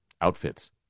outfits